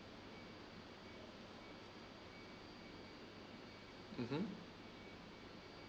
mmhmm